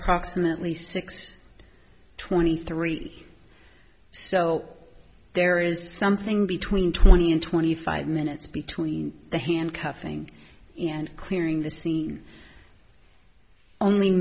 approximately six twenty three so there is something between twenty and twenty five minutes between the handcuffing and clearing the scene only